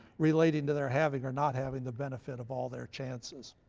relating to their having or not having the benefit of all their chances.